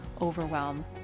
overwhelm